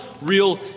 real